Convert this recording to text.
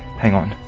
hang on.